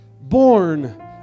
born